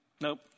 Nope